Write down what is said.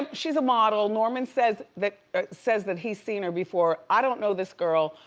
she's a model, norman says that says that he's seen her before. i don't know this girl.